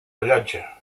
allotja